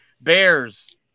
bears